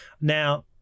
Now